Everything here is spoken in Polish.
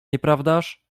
nieprawdaż